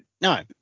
no